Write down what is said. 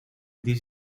this